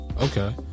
Okay